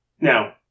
Now